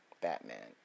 Batman